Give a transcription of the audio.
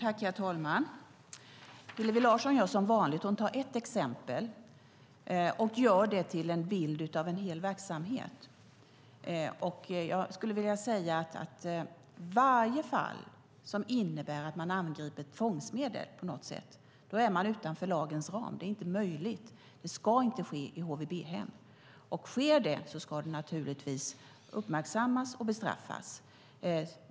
Herr talman! Hillevi Larsson gör som vanligt. Hon tar ett exempel och gör det till en bild av en hel verksamhet. Varje gång man på något sätt tillgriper tvångsmedel är man utanför lagens ram. Det ska inte vara möjligt. Det ska inte ske i HVB-hem. Men sker det ska det naturligtvis uppmärksammas och bestraffas.